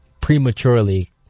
prematurely